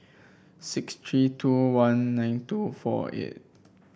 six three two one nine two four eight